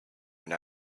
and